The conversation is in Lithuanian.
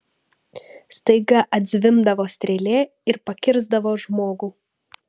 staiga atzvimbdavo strėlė ir pakirsdavo žmogų